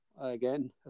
again